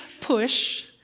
push